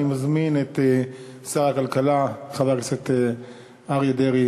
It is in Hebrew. אני מזמין את שר הכלכלה חבר הכנסת אריה מכלוף דרעי